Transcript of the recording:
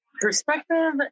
perspective